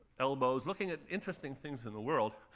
elbows, looking at interesting things in the world.